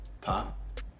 pop